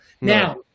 Now